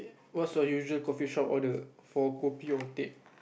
what's your usual coffeeshop order for kopi or teh